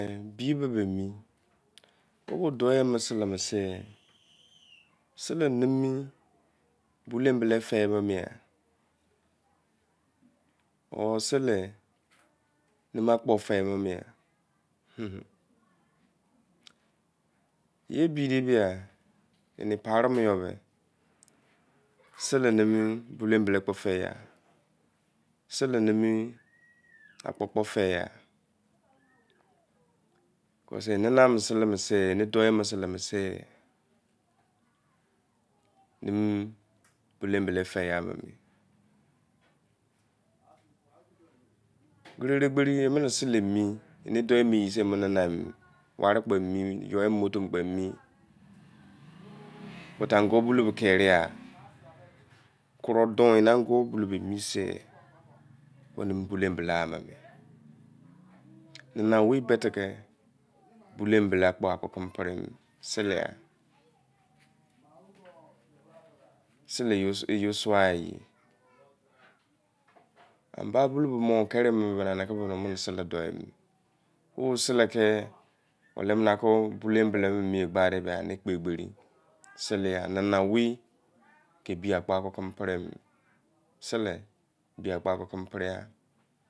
Bi bebe emi, sele kon mene sei, sele nume fei-bo mi eh yei ebide gba sele numa akpo- kpo fa-ye e don mine sele ke, nana mane sele-sa, nana owa mimu, balou fai-ki-bo wane emi you emene roso kpo emi buti an-go bulou kere ya, e-no-ango balou ke la-me-ne, nana onai kpo teke bulou akpo ke keme pere, sele-ya sele yoi doh sho ya, tet bia ke yenin timi bulou la-mene, enaw ke gberi mi, nani owa ke ebi- akpo ke keme pare-mene